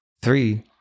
Three